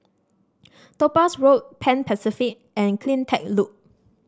Topaz Road Pan Pacific and CleanTech Loop